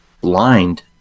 blind